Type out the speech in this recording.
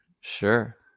Sure